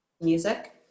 music